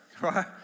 right